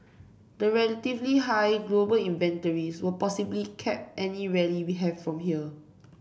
the relatively high global inventories will possibly cap any rally we have from here